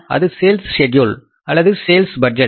அது sales schedule அல்லது sales budget